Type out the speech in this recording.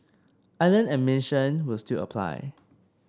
island admission will still apply